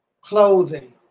Clothing